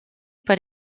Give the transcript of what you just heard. per